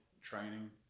training